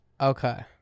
Okay